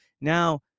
Now